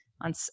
on